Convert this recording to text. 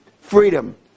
freedom